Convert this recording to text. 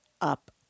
up